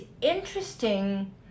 interesting